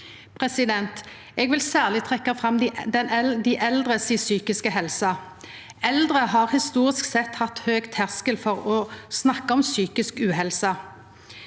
menneske. Eg vil særleg trekkja fram dei eldre si psykiske helse. Eldre har historisk sett hatt høg terskel for å snakka om psykisk uhelse.